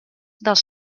dels